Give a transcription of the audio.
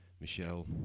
Michelle